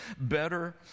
better